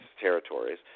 territories